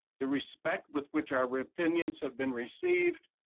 the respect with which our opinions have been received.